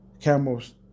camel's